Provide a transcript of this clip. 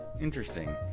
Interesting